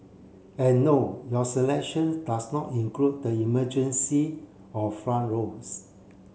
and no your selection does not include the emergency or front rows